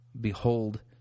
behold